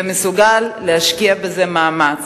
ומסוגל להשקיע בזה מאמץ.